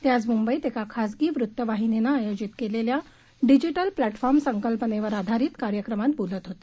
ते आज मुंबईत एका खासगी वृत्तवाहिनीनं आयोजित केलेल्या डिजिटल प्लॅटफॉर्म संकल्पनेवर आधारित कार्यक्रमात बोलत होते